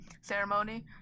ceremony